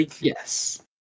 Yes